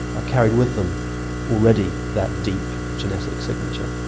ah carried with them already that deep genetic signature.